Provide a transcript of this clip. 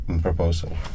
proposal